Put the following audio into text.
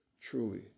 truly